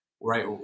right